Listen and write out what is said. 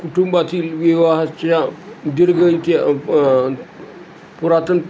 कुटुंबातील विवाहाच्या दीर्घ इती पुरातन